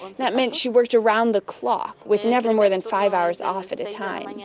that meant she worked around the clock, with never more than five hours off at a time. and yeah